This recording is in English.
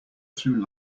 through